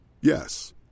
Yes